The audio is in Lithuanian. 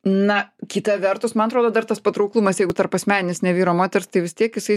na kita vertus man atrodo dar tas patrauklumas jeigu tarpasmeninis ne vyro moters tai vis tiek jisai